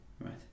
Right